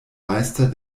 meister